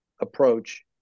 approach